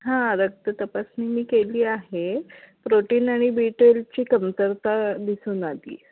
हां रक्त तपासणी मी केली आहे प्रोटीन आणि बी टेलची कमतरता दिसून आली